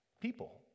people